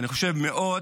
אני חושב, מאות,